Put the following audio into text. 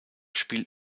spielt